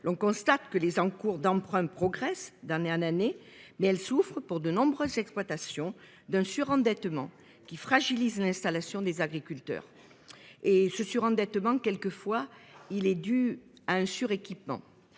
l'on constate que les encours d'emprunt progresse d'un air d'année mais elles souffrent pour de nombreuses exploitations d'un surendettement qui fragilise l'installation des agriculteurs et ce surendettement quelques fois il est dû à un sur-équipement